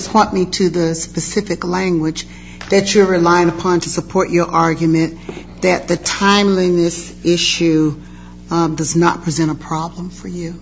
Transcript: point me to the specific language that you're relying upon to support your argument that the timing of this issue does not present a problem for you